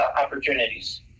opportunities